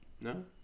No